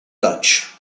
touch